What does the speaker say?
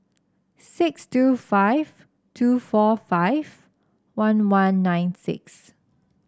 six two five two four five one one nine six